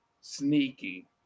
Sneaky